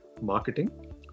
marketing